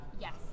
Yes